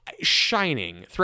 shining